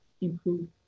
improve